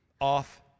Off